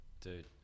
Dude